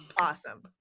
awesome